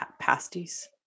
pasties